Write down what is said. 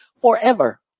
forever